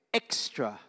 extra